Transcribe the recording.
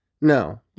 no